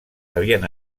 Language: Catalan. havien